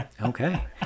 Okay